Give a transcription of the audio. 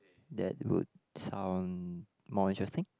that would sound more interesting